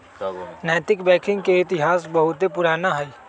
नैतिक बैंकिंग के इतिहास बहुते पुरान हइ